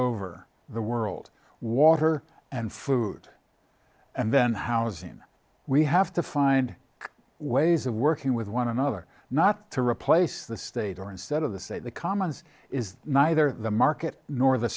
over the world water and food and then house him we have to find ways of working with one another not to replace the state or instead of the say the commons is neither the market nor the